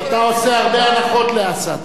אתה עושה הרבה הנחות לאסד,